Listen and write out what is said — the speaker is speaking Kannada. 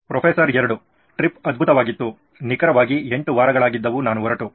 ಪ್ರೊಫೆಸರ್ 2 ಟ್ರಿಪ್ ಅದ್ಭುತವಾಗಿತ್ತು ನಿಖರವಾಗಿ 8 ವಾರಗಳಾಗಿದ್ದವು ನಾನು ಹೊರಟು